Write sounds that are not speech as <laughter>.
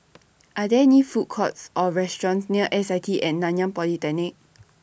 Are There Food Courts Or restaurants near S I T At Nanyang Polytechnic <noise>